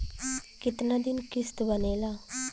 कितना दिन किस्त बनेला?